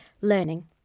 learning